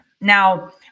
Now